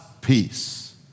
peace